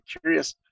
curious